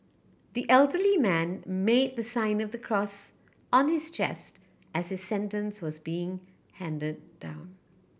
the elderly man made the sign of the cross on his chest as his sentence was being handed down